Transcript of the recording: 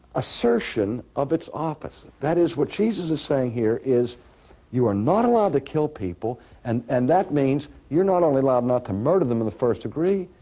assertion of its office. that is, what jesus is saying here is you are not allowed to kill people and and that means you're not only allowed not to murder them in the first degree,